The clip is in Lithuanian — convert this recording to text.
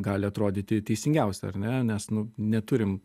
gali atrodyti teisingiausia ar ne nes nu neturim